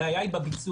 הבעיה היא בביצוע,